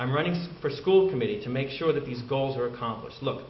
i'm running for school committee to make sure that these goals are accomplished look